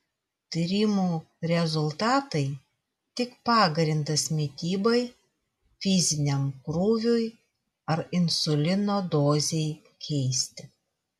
tyrimų rezultatai tik pagrindas mitybai fiziniam krūviui ar insulino dozei keisti